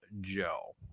Joe